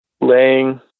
laying